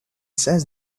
says